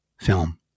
film